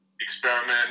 experiment